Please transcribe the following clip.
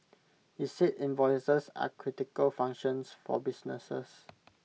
he said invoices are critical functions for businesses